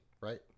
right